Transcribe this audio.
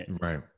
Right